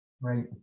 right